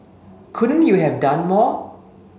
couldn't you have done more